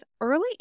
Early